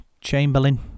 Chamberlain